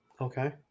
Okay